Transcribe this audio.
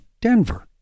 Denver